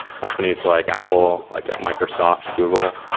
companies like apple, like ah microsoft, google,